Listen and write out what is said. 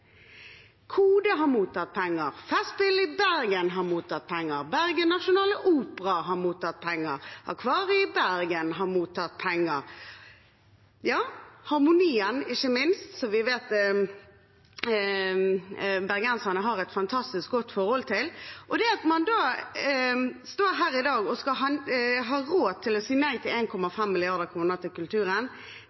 som har mottatt penger gjennom gaveforsterkningsordningen. KODE har mottatt penger, Festspillene i Bergen har mottatt penger, Bergen Nasjonale Opera har mottatt penger, Akvariet i Bergen har mottatt penger og ikke minst Harmonien, som vi vet bergenserne har et fantastisk godt forhold til. At man da står her i dag og skal ha råd til å si nei til 1,5 mrd. kr til kulturen,